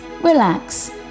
Relax